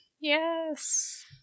yes